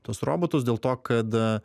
tuos robotus dėl to kad